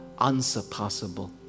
unsurpassable